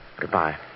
Goodbye